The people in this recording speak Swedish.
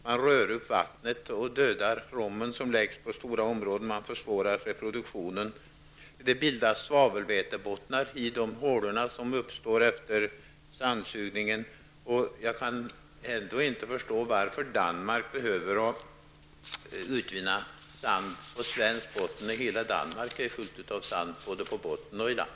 Man rör upp vattnet och dödar rommen som läggs på stora områden, man försvårar reproduktionen och det bildas svavelvätebottnar i de hålor som uppstår efter sandsugningen. Jag kan inte förstå varför Danmark behöver utvinna sand på svensk botten när hela Danmark är fullt med sand både på bottnen och i land.